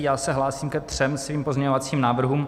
Já se hlásím ke třem svým pozměňovacím návrhům.